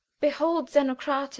behold zenocrate,